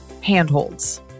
handholds